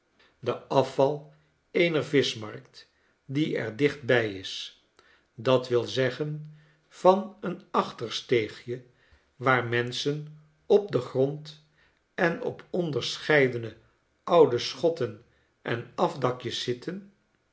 de afval eener vischmarkt die er dicht bij is dat wil zeggen van een achtersteegje waar menschen op den grond en op onderscheidene oude schotten en afdakjes zitten